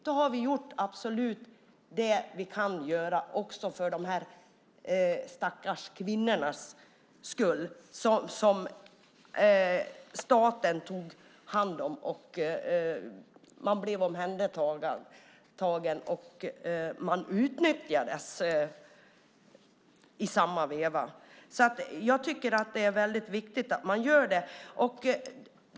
Då har vi gjort absolut allt vi kan göra också för dessa stackars kvinnor som staten tog hand om. De blev omhändertagna och utnyttjades i samma veva. Jag tycker att det är väldigt viktigt att man gör det.